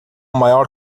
maior